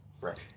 right